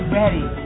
ready